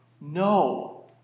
No